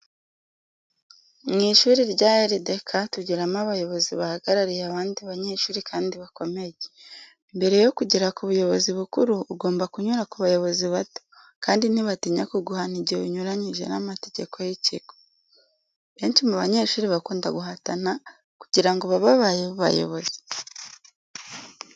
Mu ishuri ryacu rya LDK, tugiramo abayobozi bahagariye abandi banyeshuri kandi bakomeye. Mbere yo kugera ku buyobozi bukuru, ugomba kunyura ku bayobozi bato, kandi ntibatinya kuguhana igihe unyuranyije n’amategeko y’ikigo. Benshi mu banyeshuri bakunda guhatana, kugira ngo babe abayobozi.